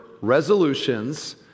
resolutions